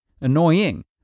annoying